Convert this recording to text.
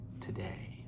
today